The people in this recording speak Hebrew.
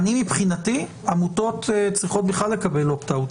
מבחינתי, עמותות צריכות בכלל לקבל opt out.